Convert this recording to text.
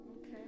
okay